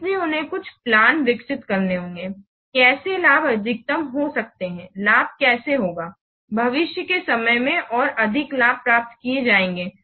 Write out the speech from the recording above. इसलिए उन्हें कुछ प्लान विकसित करने होंगे कैसे लाभ अधिकतम हो सकते हैंलाभ कैसे होगा भविष्य के समय में और अधिक लाभ प्राप्त किए जाएंगे